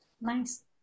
Nice